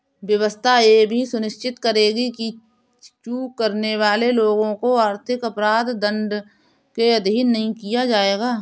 व्यवस्था यह भी सुनिश्चित करेगी कि चूक करने वाले लोगों को आर्थिक अपराध दंड के अधीन नहीं किया जाएगा